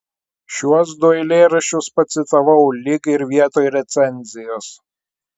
šiuos du eilėraščius pacitavau lyg ir vietoj recenzijos